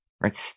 right